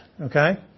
Okay